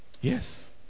Yes